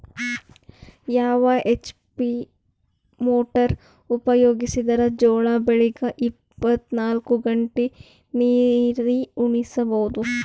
ಯಾವ HP motor ಉಪಯೋಗಿಸಿದರ ಜೋಳ ಬೆಳಿಗ ಇಪ್ಪತ ನಾಲ್ಕು ಗಂಟೆ ನೀರಿ ಉಣಿಸ ಬಹುದು?